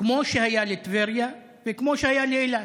כמו שהיה לטבריה וכמו שהיה לאילת.